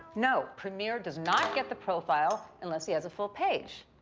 no, premier does not get the profile, unless he has a full page.